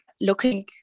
looking